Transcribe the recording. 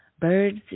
Birds